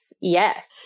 Yes